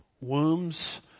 wombs